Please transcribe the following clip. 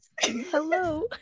Hello